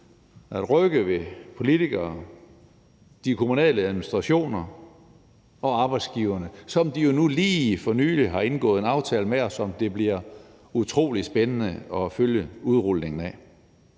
at rykke ved politikere, de kommunale administrationer og arbejdsgiverne, som de jo lige for nylig har indgået en aftale med, som det bliver utrolig spændende at følge udrulningen af.